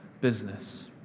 business